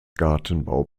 gartenbau